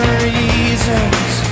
reasons